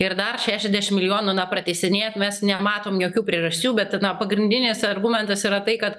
ir dar šešiadešimt milijonų na pratęsinėt mes nematom jokių priežasčių bet pagrindinis argumentas yra tai kad